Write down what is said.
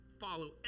follow